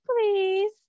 please